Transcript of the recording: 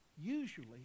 Usually